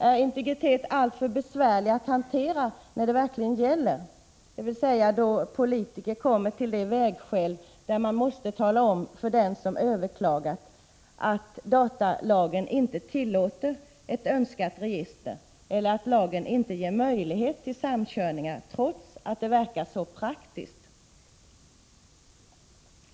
Är integritet alltför besvärlig att hantera när det verkligen gäller, dvs. då politiker kommer till det vägskäl där man måste tala om för den som överklagat att datalagen inte tillåter ett önskat register eller att lagen inte ger möjlighet till samkörning, trots att det verkar så praktiskt?